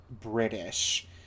british